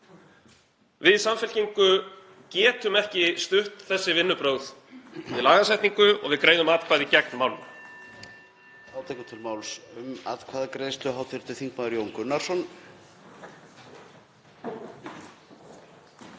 Við í Samfylkingu getum ekki stutt þessi vinnubrögð við lagasetningu og við greiðum atkvæði gegn málinu.